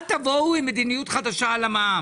אל תבואו עם מדיניות חדשה למע"מ